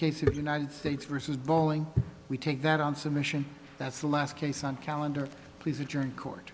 case of united states versus boeing we take that on submission that's the last case on calendar please adjourn court